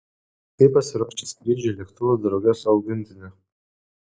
kaip pasiruošti skrydžiui lėktuvu drauge su augintiniu